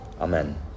Amen